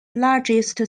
largest